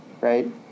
right